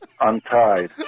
untied